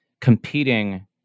competing